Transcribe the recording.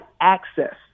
access